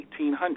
1800